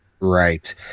Right